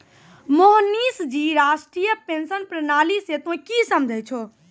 मोहनीश जी राष्ट्रीय पेंशन प्रणाली से तोंय की समझै छौं